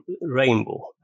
rainbow